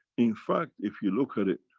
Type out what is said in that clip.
in fact, if you look at it,